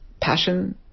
passion